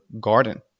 garden